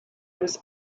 was